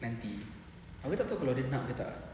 nanti aku tak tahu kalau dia nak ke tak